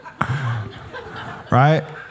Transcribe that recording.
Right